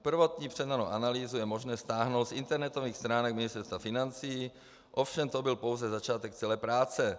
Prvotní předanou analýzu je možné stáhnout z internetových stránek Ministerstva financí, ovšem to byl pouze začátek celé práce.